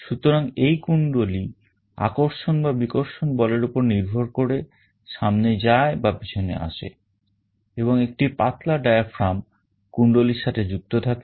সুতরাং এই কুন্ডলী আকর্ষণ বা বিকর্ষণ বলের উপর নির্ভর করে সামনে যায় বা পিছনে আসে এবং একটি পাতলা diaphragm কুন্ডলীর সাথে যুক্ত থাকে